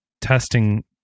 testing